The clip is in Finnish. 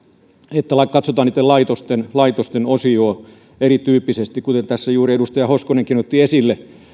että katsotaan niitten laitosten laitosten osalta eri tyyppisesti kuten tässä juuri edustaja hoskonenkin otti esille